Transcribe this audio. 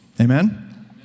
Amen